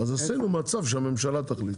אז עשינו מצב שהממשלה תחליט.